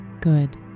Good